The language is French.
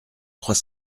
trois